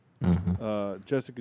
Jessica